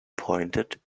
pointed